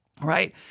Right